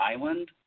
Island